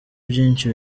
byinshi